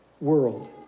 world